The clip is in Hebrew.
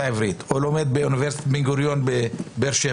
העברית או באוניברסיטת בן-גוריון בבאר-שבע